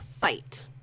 fight